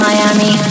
Miami